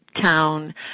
town